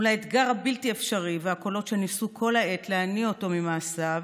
מול האתגר הבלתי-אפשרי והקולות שניסו כל העת להניא אותו ממעשיו,